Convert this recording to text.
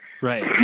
right